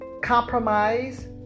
compromise